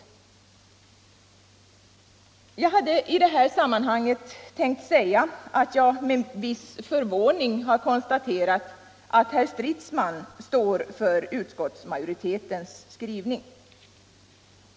I det här sammanhanget hade jag tänkt säga att jag med viss förvåning har konstaterat att herr Stridsman står bakom utskottsmajoritetens skrivning.